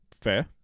Fair